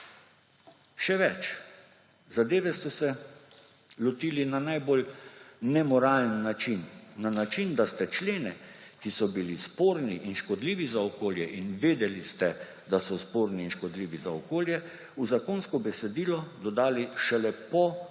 Še več, zadeve ste se lotili na najbolj nemoralen način; na način, da ste člene, ki so bili sporni in škodljivi za okolje ‒ in vedeli ste, da so sporni in škodljivi za okolje –, v zakonsko besedilo dodali šele po